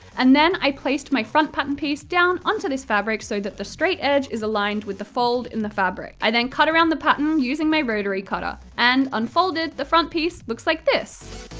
and then i placed my front pattern piece down onto this fabric so that the straight edge is aligned with the fold in the fabric. i then cut around the pattern, using my rotary cutter. and, unfolded, the front piece looks like this!